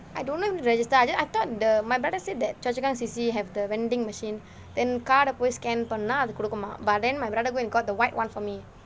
I don't know if have to register I just I thought the my brother said that choa chu kang C_C have the vending machine then card போய்:poi scan பண்ணா அது கொடுக்குமா:pannaa athu kodukumaa but then my brother go and got the white [one] for me